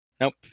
Nope